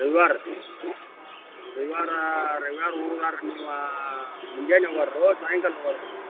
ರವಿವಾರ ರವಿವಾರ ರವಿವಾರ ನೀವು ಮುಂಜಾನೆ ಹೋಗೋರೋ ಸಾಯಂಕಾಲ ಹೋಗೋರ್ರೋ